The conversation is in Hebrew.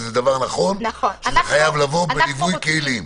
וזה דבר נכון שחייב לבוא בליווי כלים.